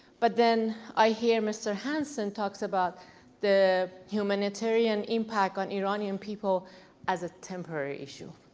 but then i hear mr. hanson talks about the humanitarian impact on iranian people as a temporary issue.